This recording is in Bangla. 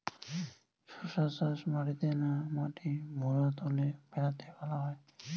শশা চাষ মাটিতে না মাটির ভুরাতুলে ভেরাতে ভালো হয়?